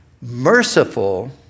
merciful